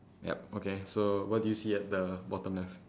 yup okay so what do you see at the bottom left